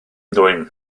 dwym